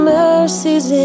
mercies